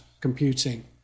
computing